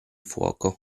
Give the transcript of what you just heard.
fuoco